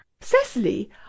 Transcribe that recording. Cecily